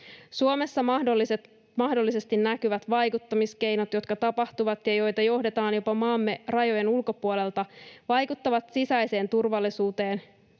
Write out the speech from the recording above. Suomessa mahdollisesti näkyvät vaikuttamiskeinot, jotka tapahtuvat ja joita johdetaan jopa maamme rajojen ulkopuolelta, vaikuttavat sisäiseen turvallisuuteen,